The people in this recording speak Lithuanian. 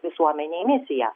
visuomenei misiją